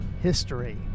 History